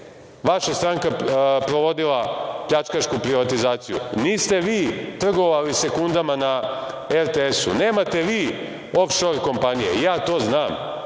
vaša stranka sprovodila pljačkašku privatizaciju, niste vi trgovali sekundama na RTS-u, nemate vi ofšor kompanije, ja to znam.